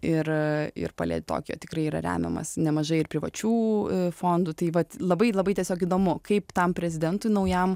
ir ir palei tokią tikrai yra remiamas nemažai ir privačių fondų tai vat labai labai tiesiog įdomu kaip tam prezidentui naujam